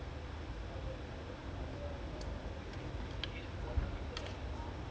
then after that be like after that err felix say in english will ball there isn't any half time